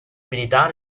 abilità